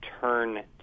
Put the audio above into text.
turn